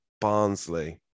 Barnsley